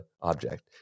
object